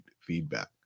feedback